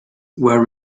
were